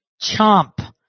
chomp